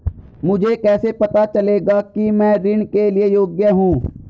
मुझे कैसे पता चलेगा कि मैं ऋण के लिए योग्य हूँ?